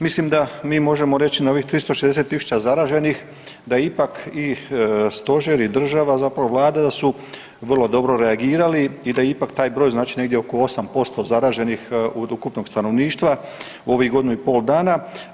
Mislim da mi možemo reći na ovih 360 tisuća zaraženih da ipak i stožer i država zapravo Vlada da su vrlo dobro reagirali i da ipak taj broj znači negdje oko 8% zaraženih od ukupnog stanovništva u ovih godinu i pol dana.